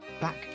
back